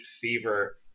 fever